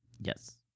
Yes